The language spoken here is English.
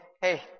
hey